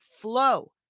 flow